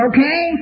Okay